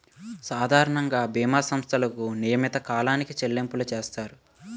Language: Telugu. సాధారణంగా బీమా సంస్థలకు నియమిత కాలానికి చెల్లింపులు చేస్తారు